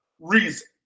reason